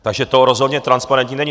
Takže to rozhodně transparentní není.